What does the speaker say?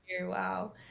Wow